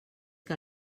que